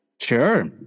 Sure